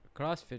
crossfit